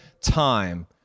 time